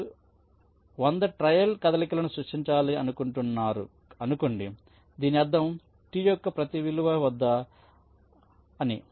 మీరు 100 ట్రయల్ కదలికలను సృష్టించాలని నిర్ణయించుకునారు అనుకోండి దీని అర్థం T యొక్క ప్రతి విలువ వద్ద అని